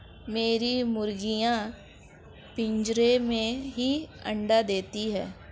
मेरी मुर्गियां पिंजरे में ही अंडा देती हैं